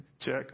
check